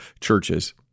churches